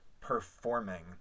performing